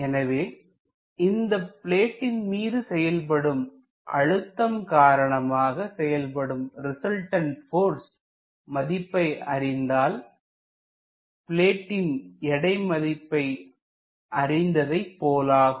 எனவே இந்த பிளேட்டின் மீது செயல்படும் அழுத்தம் காரணமாக செயல்படும் ரிசல்டன்ட் போர்ஸ் மதிப்பை அறிந்தால் பிளேட்டின் எடை மதிப்பை அறிந்ததை போலாகும்